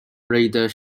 raider